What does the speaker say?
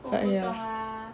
but ya